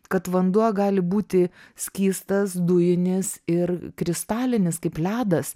kad vanduo gali būti skystas dujinis ir kristalinis kaip ledas